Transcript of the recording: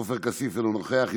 עופר כסיף, אינו נוכח.